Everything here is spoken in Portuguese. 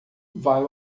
vai